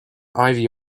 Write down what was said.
ivy